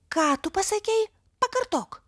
ką tu pasakei pakartok